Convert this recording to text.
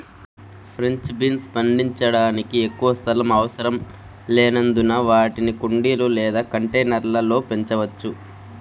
French beans పండించడానికి ఎక్కువ స్థలం అవసరం లేనందున వాటిని కుండీలు లేదా కంటైనర్ల లో పెంచవచ్చు